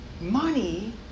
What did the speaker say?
money